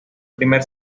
primer